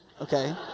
Okay